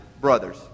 brothers